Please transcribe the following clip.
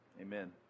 Amen